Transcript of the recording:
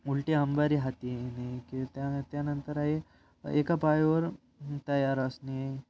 उलटी अंबारी हाती येणे की त्या त्यानंतर आहे एका पायावर तयार असणे